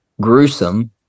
gruesome